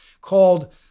called